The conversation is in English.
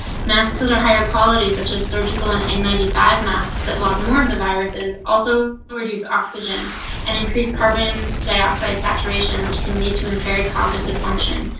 masks that are higher quality such as surgical and n ninety five masks that block more of the viruses also produce oxygen and increased carbon dioxide saturation, which can lead to impaired cognitive function.